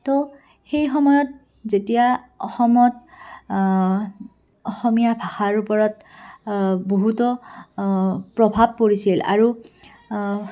তো সেই সময়ত যেতিয়া অসমত অসমীয়া ভাষাৰ ওপৰত বহুতো প্ৰভাৱ পৰিছিল আৰু